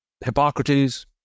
Hippocrates